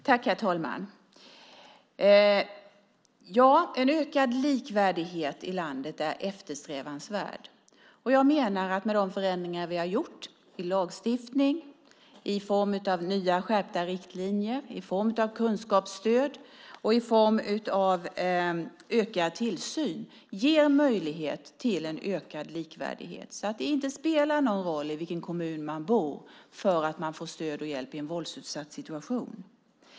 Herr talman! En ökad likvärdighet i landet är eftersträvansvärd. Jag menar att de förändringar som vi har gjort i lagstiftning, i form av nya skärpta riktlinjer, i form av kunskapsstöd och i form av ökad tillsyn ger möjlighet till en ökad likvärdighet, så att det inte spelar någon roll i vilken kommun man bor för att man ska få stöd och hjälp i en våldsutsatt situation.